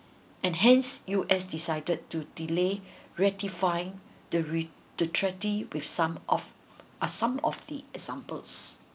and hence U_S decided to delay ratifying the re~ treaty with some of are some of the examples